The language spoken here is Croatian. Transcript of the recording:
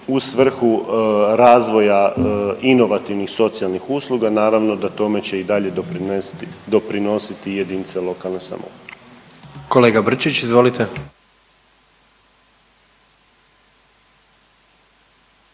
u svrhu razvoja inovativnih socijalnih usluga naravno da tome će i dalje doprinositi jedinice lokalne samouprave. **Jandroković,